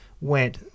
went